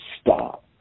stop